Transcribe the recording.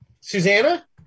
Susanna